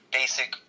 basic